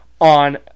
on